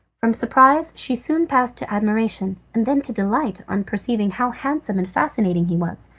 from surprise she soon passed to admiration, and then to delight on perceiving how handsome and fascinating he was.